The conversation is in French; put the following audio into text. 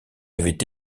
avait